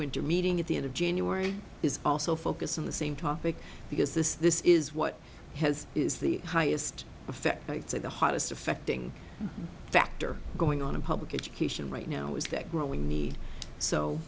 winter meeting at the end of january is also focused on the same topic because this this is what has is the highest effect i'd say the hottest affecting factor going on in public education right now is that growing need so